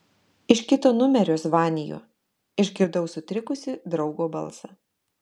iš kito numerio zvaniju išgirdau sutrikusį draugo balsą